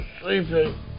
Sleeping